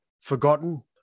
forgotten